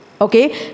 Okay